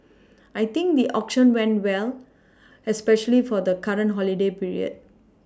I think the auction went well especially for the current holiday period